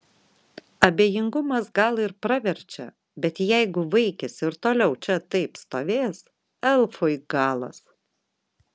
abejingumas gal ir praverčia bet jeigu vaikis ir toliau čia taip stovės elfui galas